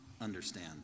understand